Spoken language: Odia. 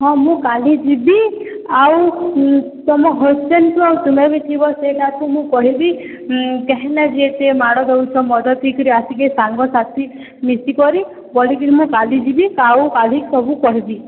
ହଁ ମୁଁ କାଲି ଯିବି ଆଉ ତମ ହଜ୍ବେଣ୍ଡ ଆଉ ତୁମେ ବି ଥିବ ସେତାକୁ ମୁଁ କହେବି କାହେଁର୍ ଲାଗି ଏତେ ମାଡ଼ ଦେଉଛ ମଦ ପିଇକରି ଆସିକିରି ସାଙ୍ଗସାଥି ମିଶିକରି ବୋଲିକିରି ମୁଁ କାଲି ଯିବି ଆଉ କାଲି ସବୁ କହିବି